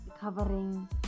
covering